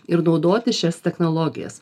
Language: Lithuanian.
ir naudoti šias technologijas